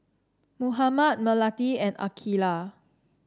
Muhammad Melati and Aqeelah